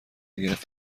گرفت